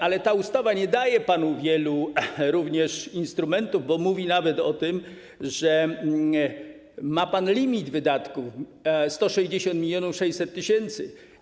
Ale ta ustawa nie daje panu wielu instrumentów, bo mówi nawet o tym, że ma pan limit wydatków, 160 mln 600 tys.